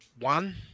one